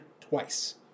twice